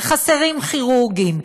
חסרים כירורגים.